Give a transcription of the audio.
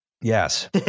Yes